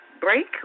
break